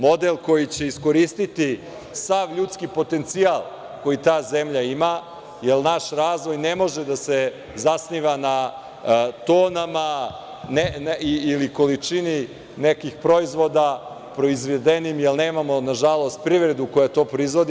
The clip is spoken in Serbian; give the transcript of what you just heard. Model koji će iskoristiti sav ljudski potencijal koji ta zemlja ima, jer naš razvoj ne može da se zasniva na tonama ili količini nekih proizvoda proizvedenim, jer nemamo nažalost privredu koja to proizvodi.